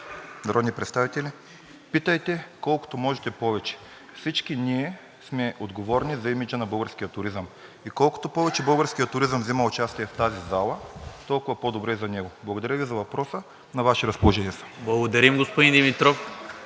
народни представители! Питайте колкото можете повече. Всички ние сме отговорни за имиджа на българския туризъм. Колкото повече българският туризъм взима участие в тази зала, толкова по-добре за него. Благодаря Ви за въпроса. На Ваше разположение съм. ПРЕДСЕДАТЕЛ НИКОЛА МИНЧЕВ: